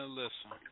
listen